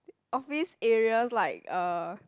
office areas like uh